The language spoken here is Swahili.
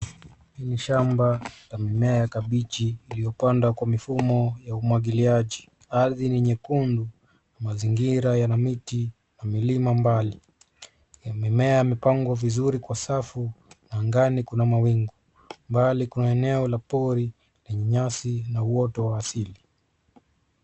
Hii ni shamba ya mimea ya kabichi iliyopandwa kwa mfumo ya umwagiliaji. Ardhi ni nyekundu na mazingira yana miti na milima mbali. Mimea imepangwa vizuri kwa safu na angani kuna mawingu. Mbali kuna eneo la pori lenye nyasi na uoto wa asili.